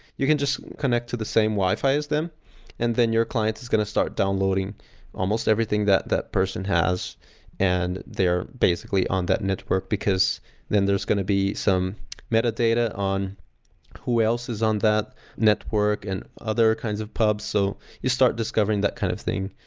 you can just connect to the same wi-fi as them and then your client is going to start downloading almost everything that that person has and they are basically on that network because then there's going to be some metadata on who else is on that network and other kinds of pubs. so you start discovering that kind of thing.